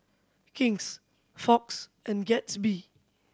King's Fox and Gatsby